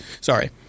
Sorry